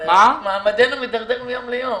מעמדנו מידרדר מיום ליום.